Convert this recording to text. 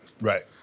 Right